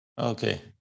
Okay